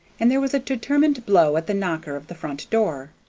and there was a determined blow at the knocker of the front door.